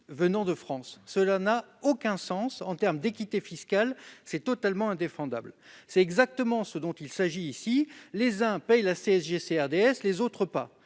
revenus en France ? Cela n'a aucun sens. En termes d'équité fiscale, c'est totalement indéfendable. Or c'est bien ce dont il s'agit ici : les uns paient la GSG-CRDS ; les autres pas.